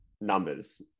numbers